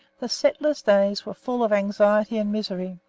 the settler's days were full of anxiety and misery.